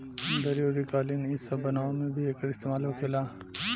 दरी अउरी कालीन इ सब बनावे मे भी एकर इस्तेमाल होखेला